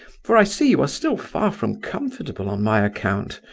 for i see you are still far from comfortable on my account.